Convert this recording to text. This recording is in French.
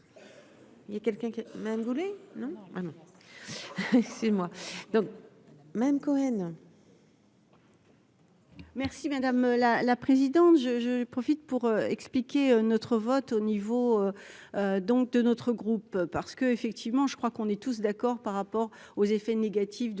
Merci madame la présidente, je je profite pour expliquer notre vote au niveau donc de notre groupe, parce que, effectivement, je crois qu'on est tous d'accord, par rapport aux effets négatifs de